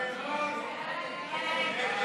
ההסתייגות (6) של קבוצת סיעת מרצ,